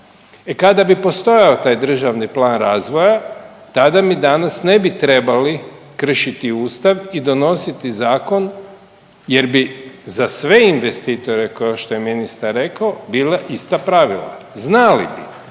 kada bio postojao taj državni plan razvoja tada mi danas ne bi trebali kršiti Ustav i donositi zakon jer bi za sve investitore kao što je ministar rekao bila ista pravila. Znali bi